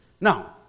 Now